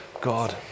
God